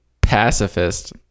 pacifist